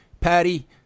Patty